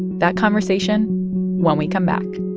that conversation when we come back